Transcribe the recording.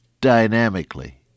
dynamically